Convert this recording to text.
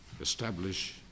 establish